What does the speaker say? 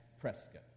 Prescott